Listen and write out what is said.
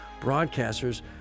broadcasters